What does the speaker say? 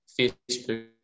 Facebook